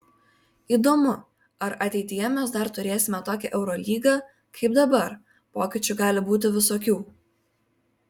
įdomu ar ateityje mes dar turėsime tokią eurolygą kaip dabar pokyčių gali būti visokių